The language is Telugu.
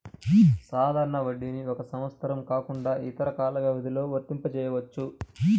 సాధారణ వడ్డీని ఒక సంవత్సరం కాకుండా ఇతర కాల వ్యవధిలో వర్తింపజెయ్యొచ్చు